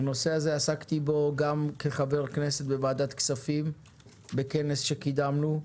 בנושא הזה עסקתי גם כחבר כנסת בוועדת הכספים בכנסת כשקידמנו,